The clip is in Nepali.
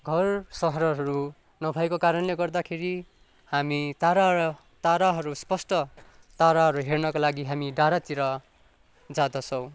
घर सहरहरू नभएको कारणले गर्दाखेरि हामी तारा र ताराहरू स्पष्ट ताराहरू हेर्नका लागि हामी डाँडातिर जाँदछौँ